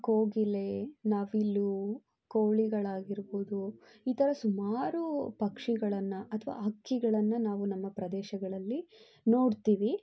ಕೋಗಿಲೆ ನವಿಲು ಕೋಳಿಗಳಾಗಿರ್ಬೋದು ಈ ಥರ ಸುಮಾರು ಪಕ್ಷಿಗಳನ್ನು ಅಥವಾ ಹಕ್ಕಿಗಳನ್ನು ನಾವು ನಮ್ಮ ಪ್ರದೇಶಗಳಲ್ಲಿ ನೋಡ್ತೀವಿ